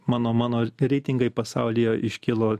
mano mano reitingai pasaulyje iškilo